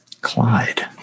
Clyde